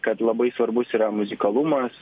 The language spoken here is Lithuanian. kad labai svarbus yra muzikalumas